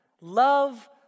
Love